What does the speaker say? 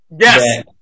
Yes